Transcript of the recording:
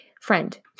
friend